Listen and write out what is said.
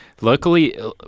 Luckily